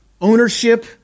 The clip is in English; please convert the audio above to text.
ownership